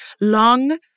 long